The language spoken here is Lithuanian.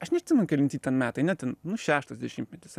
aš neatsimenu kelinti ten metai ne ten nu šeštas dešimtmetis